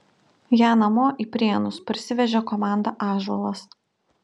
ją namo į prienus parsivežė komanda ąžuolas